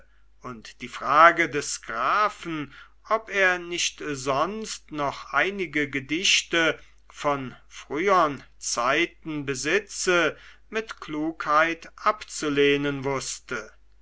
und die frage des grafen ob er nicht sonst noch einige gedichte von früheren zeiten besitze mit klugheit abzulehnen wußte